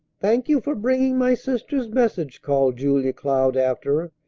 thank you for bringing my sister's message, called julia cloud after